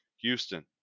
Houston